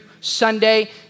Sunday